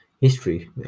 history